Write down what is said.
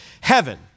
heaven